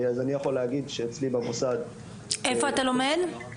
אז אני יכול להגיד שצאלי במוסד -- איפה אתה לומד?